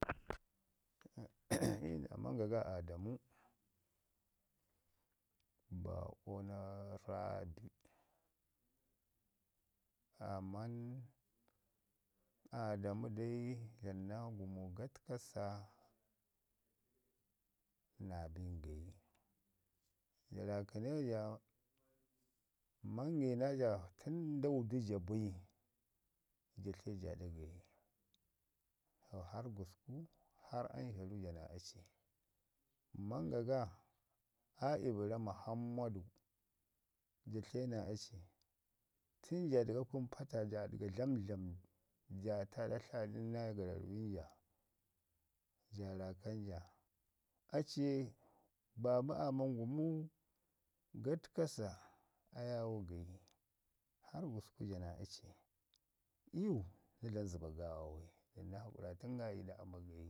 iyu naa manga ga Adamu aaman Adamu dai dlamu naa gumu gatkasa na bin gayi. Ja rakəne tən nda wudi ja bai ja tleja ɗa gayi to harr gusku haa anzharu ja naa aci. Manga ga aa ibəra Mohammadu, ja tle naa aci tən ja ɗaga kunu pata ja dəga dlamdlami ja ta gaɗa tlaaɗin naa garau ja raakan ja aci ye babu aaman gumu gatkasa ayawo gayi, harr gusku ja naa aci. Iyu na dlamu zəba gəwa bai don na hakuralən ga iɗa ama gayi.